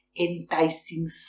enticing